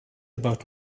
about